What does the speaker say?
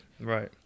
Right